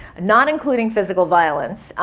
not including physical violence.